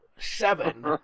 seven